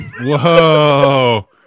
Whoa